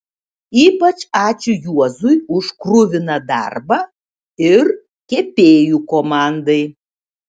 ypač ačiū juozui už kruviną darbą ir kepėjų komandai